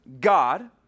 God